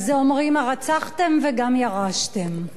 על זה אומרים: הרצחתם וגם ירשתם?